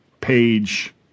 page